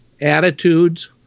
attitudes